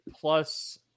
plus